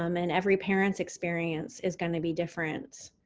um and every parent's experience is going to be different.